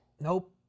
Nope